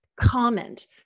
comment